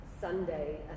Sunday